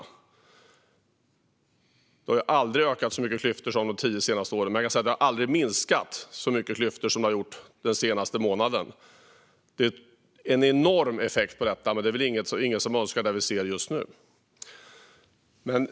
Klyftorna har aldrig ökat så mycket som de tio senaste åren. Man kan också säga att klyftorna aldrig har minskat så mycket som den senaste månaden. Det är en enorm effekt, men det är väl ingen som önskar det vi ser just nu.